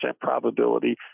probability